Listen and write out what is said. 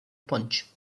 punch